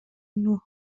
نوح